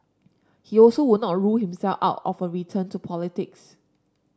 he also would not rule himself out of a return to politics